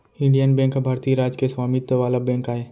Indian bank ह भारतीय राज के स्वामित्व वाला बेंक आय